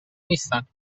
نیستند